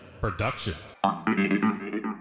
production